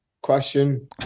question